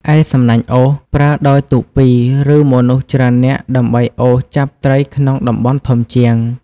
ឯ សំណាញ់អូស ប្រើដោយទូកពីរ ឬមនុស្សច្រើននាក់ដើម្បីអូសចាប់ត្រីក្នុងតំបន់ធំជាង។